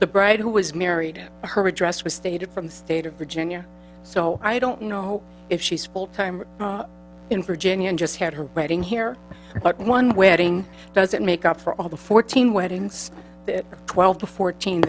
the bride who was married her address was stated from the state of virginia so i don't know if she's full time in virginia and just had her reading here but one wedding doesn't make up for all the fourteen weddings that twelve to fourteen